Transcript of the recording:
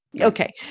Okay